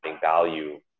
value